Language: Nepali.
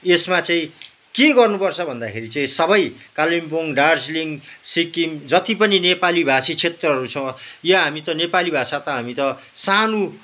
यसमा चाहिँ के गर्नु पर्छ भन्दाखेरि चाहिँ सबै कालिम्पोङ दार्जिलिङ सिक्किम जति पनि नेपाली भाषी क्षेत्रहरू छ यहाँ हामी त नेपाली भाषा त हामी त सानो